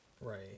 right